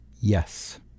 Yes